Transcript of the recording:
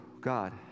God